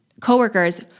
coworkers